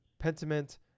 Pentiment